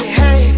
hey